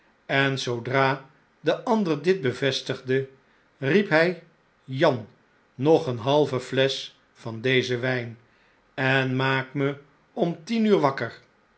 en zoodra de ander dit bevestigde riep hij jan nog een halve flesch van dezenwijn en maak me om tien uur wakker